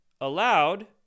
allowed